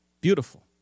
Beautiful